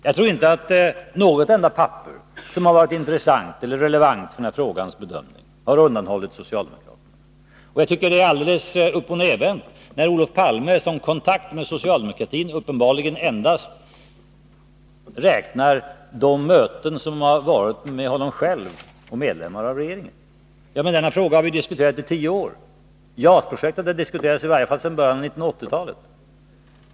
Jag tror inte att något enda papper som varit intressant eller relevant för den här frågans bedömning har undanhållits socialdemokraterna. Jag tycker att det är alldeles uppochnervänt när Olof Palme som kontakt med socialdemokratin uppenbarligen endast räknar de möten som har varit med honom själv och medlemmar av regeringen. Denna fråga har vi ju diskuterat i tio år. JAS-projektet har diskuterats i varje fall sedan början av 1980-talet.